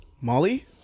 Molly